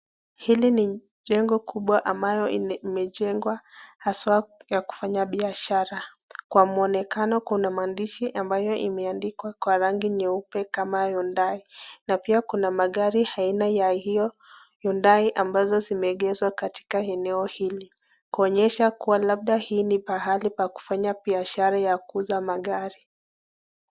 Hili ni jengo kubwa ambalo limejengwa hasa ya kufanya biashara. Kwa muonekano kuna maandishi ambayo imeandikwa kwa rangi nyeupe kama Hyundai. Na pia kuna magari aina ya hiyo Hyundai ambazo zimeegeshwa katika eneo hili kuonyesha kuwa labda hii ni pahali pa kufanya biashara ya kuuza magari.